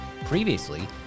Previously